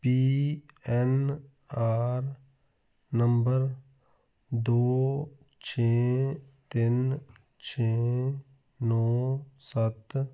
ਪੀ N R number ਦੋ ਛੇ ਤਿੰਨ ਛੇ ਨੌ ਸੱਤ